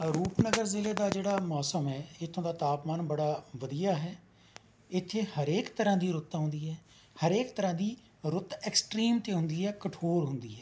ਰੂਪਨਗਰ ਜ਼ਿਲ੍ਹੇ ਦਾ ਜਿਹੜਾ ਮੌਸਮ ਹੈ ਇੱਥੋਂ ਦਾ ਤਾਪਮਾਨ ਬੜਾ ਵਧੀਆ ਹੈ ਇੱਥੇ ਹਰੇਕ ਤਰ੍ਹਾਂ ਦੀ ਰੁੱਤ ਆਉਂਦੀ ਹੈ ਹਰੇਕ ਤਰ੍ਹਾਂ ਦੀ ਰੁੱਤ ਐਕਸਟ੍ਰੀਮ 'ਤੇ ਆਉਂਦੀ ਹੈ ਕਠੋਰ ਹੁੰਦੀ ਹੈ